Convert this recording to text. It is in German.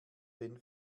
den